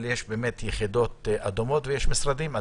אבל יש באמת יחידות אדומות ויש משרדים אדומים.